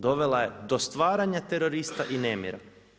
Dovela je do stvaranja terorista i nemira.